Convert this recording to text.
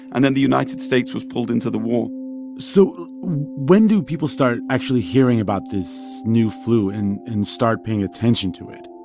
and then the united states was pulled into the war so when do people start actually hearing about this new flu and and start paying attention to it?